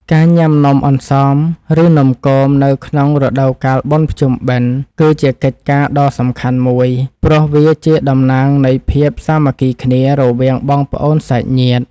ការញ៉ាំនំអន្សម ឬនំគមនៅក្នុងរដូវកាលបុណ្យភ្ជុំបិណ្ឌ គឺជាកិច្ចការដ៏សំខាន់មួយ ព្រោះវាជាតំណាងនៃភាពសាមគ្គីគ្នារវាងបងប្អូនសាច់ញាតិ។